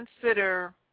consider